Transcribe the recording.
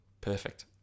Perfect